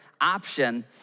option